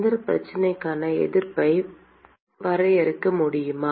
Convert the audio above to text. இந்த பிரச்சனைக்கான எதிர்ப்பை வரையறுக்க முடியுமா